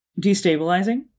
destabilizing